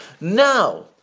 Now